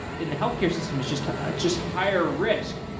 in the healthcare system, it's just ah just higher risk.